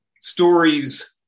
Stories